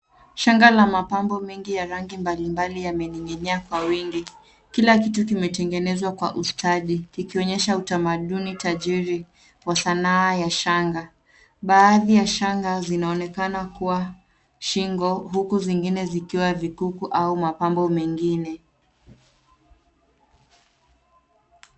Shanga la mapambo mengi ya rangi mbalimbali yamening'inia kwa wingi. Kila kitu kimetengenezwa kwa ustadi kikionyesha utamaduni tajiri wa sanaa ya shanga. Baadhi ya shanga zinaonekana kuwa shingo huku zingine zikiwa vikukuu au mapambo mengine.